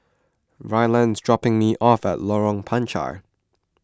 Ryland is dropping me off at Lorong Panchar